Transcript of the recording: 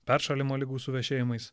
peršalimo ligų suvešėjimais